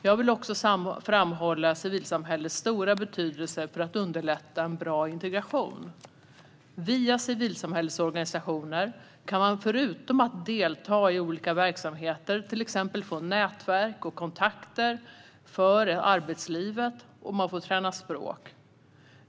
Jag vill även framhålla civilsamhällets stora betydelse för att underlätta en bra integration. Via civilsamhällets organisationer kan man förutom att delta i olika verksamheter exempelvis också få nätverk och kontakter för arbetslivet, och man får träna språk.